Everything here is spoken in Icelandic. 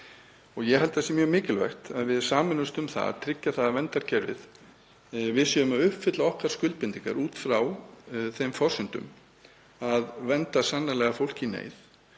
Ég held að það sé mjög mikilvægt að við sameinumst um að tryggja það með verndarkerfið að við séum að uppfylla okkar skuldbindingar út frá þeim forsendum að vernda sannarlega fólk í neyð